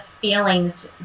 feelings